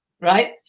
right